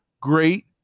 great